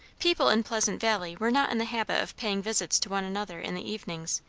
people in pleasant valley were not in the habit of paying visits to one another in the evenings,